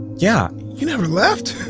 yeah you never left?